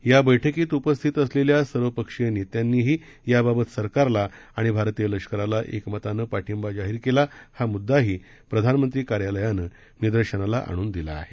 या बैठकीत उपस्थित असलेल्या सर्वपक्षीय नेत्यांनीही याबाबत सरकारला आणि भारतीय लष्कराला एकमतानं पाठिंबा जाहीर केला हा मुद्दाही प्रधामंत्री कार्यालयानं निदर्शनाला आणून दिला आहे